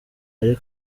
ari